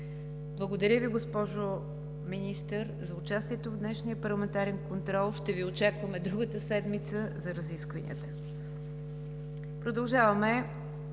Благодаря Ви, госпожо Министър, за участието в днешния парламентарен контрол. Ще Ви очакваме другата седмица за разискванията. Продължаваме